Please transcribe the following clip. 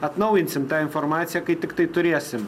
atnaujinsim tą informaciją kai tiktai turėsim